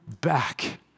Back